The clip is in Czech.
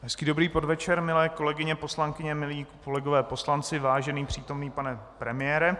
Hezký dobrý podvečer, milé kolegyně poslankyně, milí kolegové poslanci, vážený přítomný pane premiére.